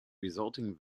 resulting